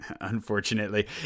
unfortunately